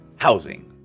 housing